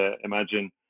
imagine